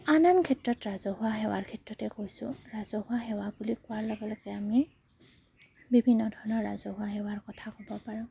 আন আন ক্ষেত্ৰত ৰাজহুৱা সেৱাৰ ক্ষেত্ৰতে কৈছোঁ ৰাজহুৱা সেৱা বুলি কোৱাৰ লগে লগে আমি বিভিন্ন ধৰণৰ ৰাজহুৱা সেৱাৰ কথা ক'ব পাৰোঁ